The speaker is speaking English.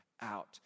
out